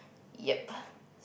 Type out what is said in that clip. yep